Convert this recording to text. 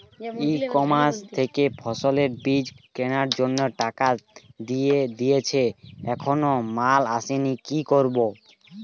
ই commerce থেকে ফসলের বীজ কেনার জন্য টাকা দিয়ে দিয়েছি এখনো মাল আসেনি কি করব?